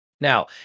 Now